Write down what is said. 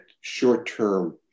short-term